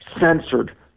censored